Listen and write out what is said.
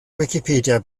wicipedia